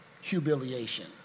humiliation